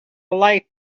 light